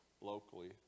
locally